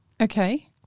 Okay